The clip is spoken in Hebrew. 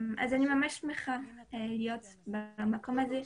אני ממש שמחה להיות במקום הזה,